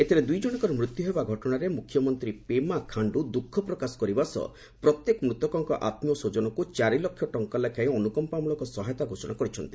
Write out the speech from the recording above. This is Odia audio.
ଏଥିରେ ଦୁଇଜଣଙ୍କ ମୃତ୍ୟୁ ହେବା ଘଟଣାରେ ମୁଖ୍ୟମନ୍ତ୍ରୀ ପେମା ଖାଣ୍ଡୁ ଦୁଃଖପ୍ରକାଶ କରିବା ସହ ପ୍ରତ୍ୟେକ ମୃତକଙ୍କ ଆତ୍ମୟସ୍ୱଜନଙ୍କୁ ଚାରିଲକ୍ଷ ଟଙ୍କା ଲେଖାଏଁ ଅନୁକମ୍ପାମୂଳକ ସହାୟତା ଘୋଷଣା କରିଛନ୍ତି